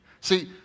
See